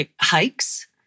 hikes